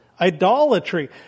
idolatry